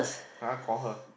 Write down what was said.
uh call her